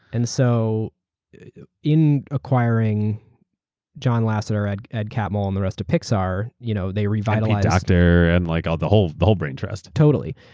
and so in acquiring john lasseter, ed ed catmull, and the rest of pixar, you know they revitalizedeur david. doctor and like the whole the whole brain trust. totally.